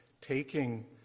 taking